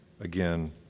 Again